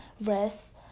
rest